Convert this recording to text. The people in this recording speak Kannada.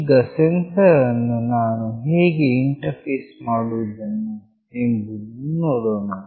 ಈಗ ಈ ಸೆನ್ಸರ್ ಅನ್ನು ನಾನು ಹೇಗೆ ಇಂಟರ್ಫೇಸ್ ಮಾಡಬಹುದು ಎಂಬುದನ್ನು ನೋಡೋಣ